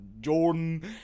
Jordan